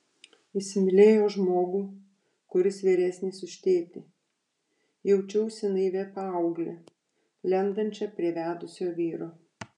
įsimylėjo žmogų kuris vyresnis už tėtį jaučiausi naivia paaugle lendančia prie vedusio vyro